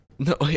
No